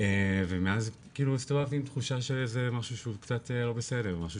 ומאז הסתובבתי עם תחושה שזה משהו שהוא לא בסדר משהו